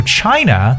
China